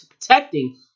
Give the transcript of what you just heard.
protecting